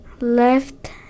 left